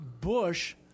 Bush